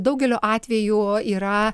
daugeliu atvejų yra